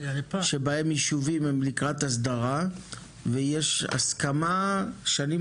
שבהם יישובים הם לקראת הסדרה ויש הסכמה שנים